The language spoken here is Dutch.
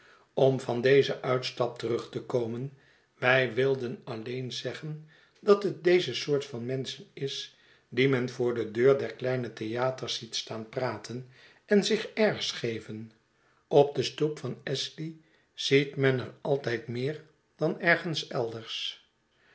om van dezen uitstap terug te komen wij vilden alleen zeggen dat het deze soort van menschen is die men voor de deuren der kleine theaters ziet staan praten en zich airs geven op de stoep van astley ziet men er altijd meer dan ergens elders